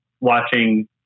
watching